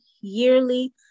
yearly